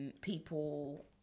people